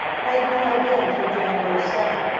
but i had no idea until january seven,